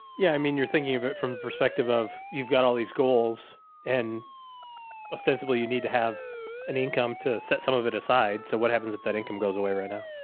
yeah. i mean, you're thinking of it from the perspective of you've got all these goals and ostensibly, you need to have an income to set some of it aside. so what happens if that income goes away right now?